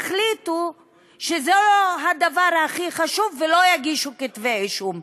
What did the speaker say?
יחליטו שזה לא הדבר הכי חשוב ולא יגישו כתבי-אישום?